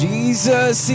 Jesus